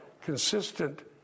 consistent